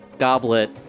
Goblet